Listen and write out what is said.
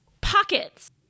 pockets